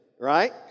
right